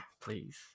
please